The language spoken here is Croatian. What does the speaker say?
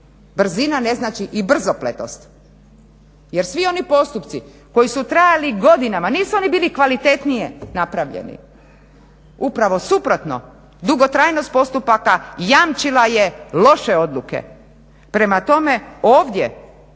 brzina ne znači i brzopletost. Jer svi oni postupci koji su trajali godinama, nisu oni bili kvalitetnije napravljeni, upravo suprotno, dugotrajnost postupaka jamčila je loše odluke. Prema tome, ovdje